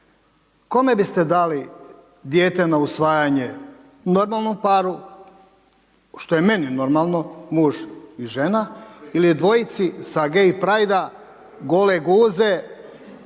Kome biste dali dijete na usvajanje, normalnom paru, što je meni normalno, muž i žena ili dvojici sa gay pride, gole guze